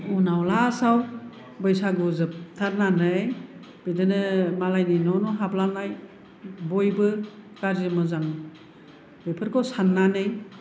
उनाव लास्त आव बैसागु जोबथारनानै बिदिनो मालायनि न' न' हाबनानै बयबो गाज्रि मोजां बेफोरखौ साननानै